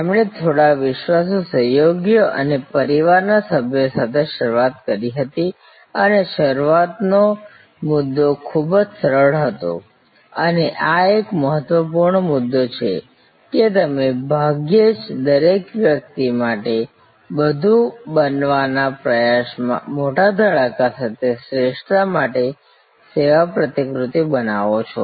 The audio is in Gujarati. તેમણે થોડા વિશ્વાસુ સહયોગીઓ અને પરિવારના સભ્યો સાથે શરૂઆત કરી હતી અને શરૂઆતનો મુદ્દો ખૂબ જ સરળ હતો અને આ એક મહત્વપૂર્ણ મુદ્દો છે કે તમે ભાગ્યે જ દરેક વ્યક્તિ માટે બધું બનવાના પ્રયાસમાં મોટા ધડાકા સાથે શ્રેષ્ઠતા માટે સેવા પ્રતિકૃતિ બનાવો છો